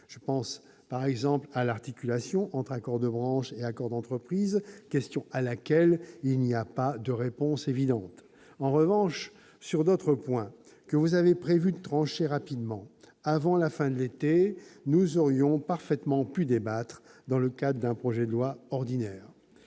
Je pense, par exemple, à l'articulation entre accords de branche et accords d'entreprise, question à laquelle il n'y a pas de réponse évidente. En revanche, sur d'autres points que vous avez prévu de trancher rapidement, avant la fin de l'été, nous aurions parfaitement pu débattre dans le cadre d'un projet de loi ordinaire.